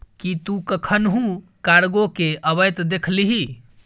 कि तु कखनहुँ कार्गो केँ अबैत देखलिही?